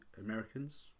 Americans